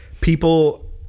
people